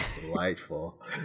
delightful